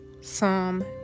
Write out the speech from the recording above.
Psalm